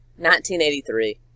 1983